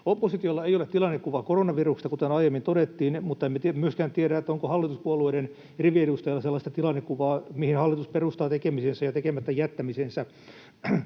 Oppositiolla ei ole tilannekuvaa koronaviruksesta, kuten aiemmin todettiin, mutta emme myöskään tiedä, onko hallituspuolueiden riviedustajilla sellaista tilannekuvaa, mihin hallitus perustaa tekemisensä ja tekemättä jättämisensä.